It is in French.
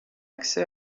accès